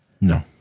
No